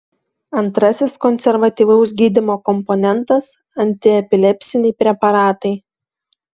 antrasis konservatyvaus gydymo komponentas antiepilepsiniai preparatai